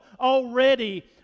already